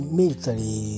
military